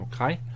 okay